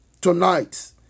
tonight